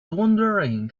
wondering